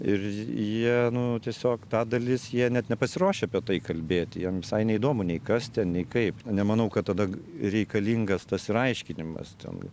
ir jie nu tiesiog ta dalis jie net nepasiruošę apie tai kalbėti jiem visai neįdomu nei kas ten nei kaip nemanau kad tada reikalingas tas ir aiškinimas ten